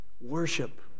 worship